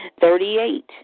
Thirty-eight